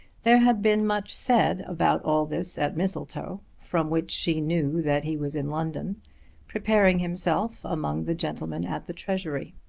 there had been much said about all this at mistletoe from which she knew that he was in london preparing himself among the gentlemen at the treasury.